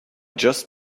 just